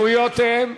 ככה מתייחסים?